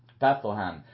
Bethlehem